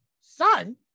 son